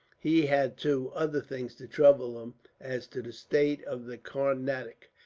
he had, too, other things to trouble him as to the state of the carnatic,